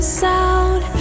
sound